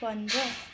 पन्ध्र